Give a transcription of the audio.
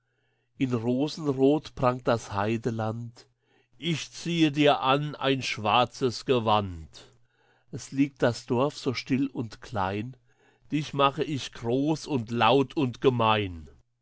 in rosenrot prangt das heideland ich ziehe dir an ein schwarzes gewand es liegt das dorf so still und klein dich mache ich groß und laut und gemein